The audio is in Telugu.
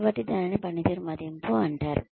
కాబట్టి దానిని పనితీరు మదింపు అంటారు